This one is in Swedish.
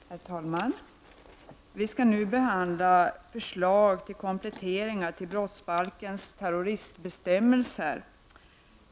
Herr talman! Vi skall nu behandla förslag om kompletteringar till brottsbalkens terroristbestämmelser.